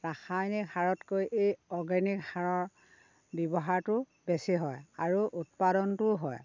ৰাসায়নিক সাৰতকৈ এই অৰ্গেনিক সাৰৰ ব্যৱহাৰটো বেছি হয় আৰু উৎপাদনটোও হয়